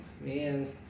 man